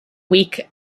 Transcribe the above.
weak